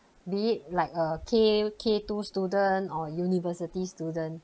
be it like uh K K two student or university student